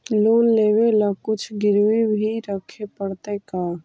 Loan लेबे ल कुछ गिरबी भी रखे पड़तै का?